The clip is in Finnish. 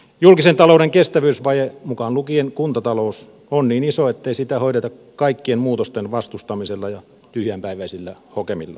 julkisen talouden kestävyysvaje mukaan lukien kuntatalous on niin iso ettei sitä hoideta kaikkien muutosten vastustamisella tai tyhjänpäiväisillä hokemilla